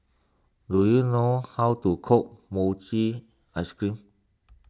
do you know how to cook Mochi Ice Cream